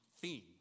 theme